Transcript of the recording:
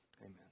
amen